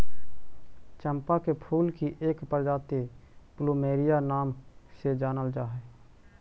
चंपा के फूल की एक प्रजाति प्लूमेरिया नाम से जानल जा हई